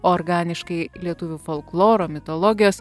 organiškai lietuvių folkloro mitologijos